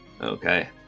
Okay